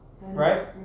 Right